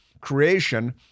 creation